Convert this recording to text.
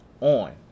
on